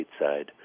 stateside